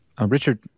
Richard